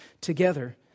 together